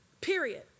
period